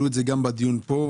את זה גם בדיון פה,